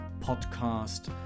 podcast